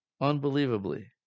unbelievably